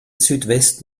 südwest